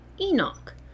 enoch